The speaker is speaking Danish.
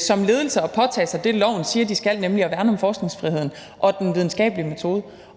som ledelse faktisk at påtage sig det, loven siger de skal, nemlig at værne om forskningsfriheden og den videnskabelige metode.